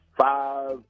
five